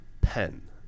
pen